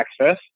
access